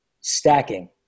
stacking